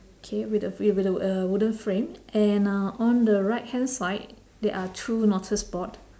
K with a with a uh wooden frame and uh on the right hand side there are two notice board